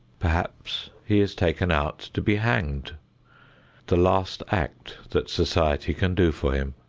perhaps he is taken out to be hanged the last act that society can do for him,